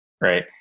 right